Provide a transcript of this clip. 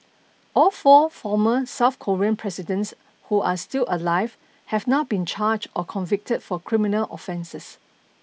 all four former South Korean presidents who are still alive have now been charged or convicted for criminal offences